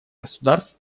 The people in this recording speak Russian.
государств